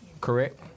Correct